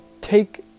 take